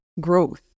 growth